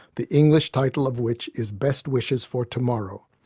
the english title of which is best wishes for tomorrow.